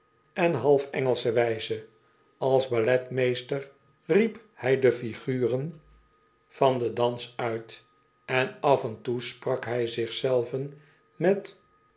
en half engelsche wijze als balletmeester riep hij de figuren een reiziger die geen handel drijft van den dans uit en af en toe sprak hij zich zelven met